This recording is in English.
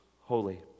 holy